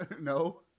No